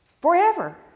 forever